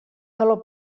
calor